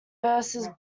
verses